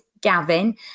Gavin